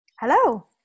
Hello